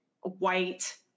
white